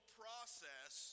process